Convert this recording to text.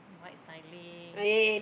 white tiling